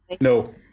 No